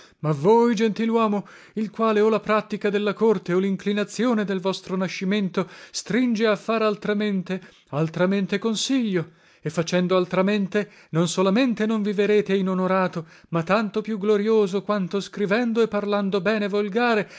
ma voi gentiluomo il quale o la prattica della corte o linclinazione del vostro nascimento stringe a far altramente altramente consiglio e facendo altramente non solamente non viverete inonorato ma tanto più glorioso quanto scrivendo e parlando bene volgare